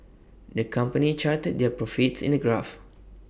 the company charted their profits in A graph